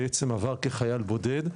בעצם עבר כחייל בודד.